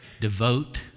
devote